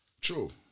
True